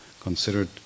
considered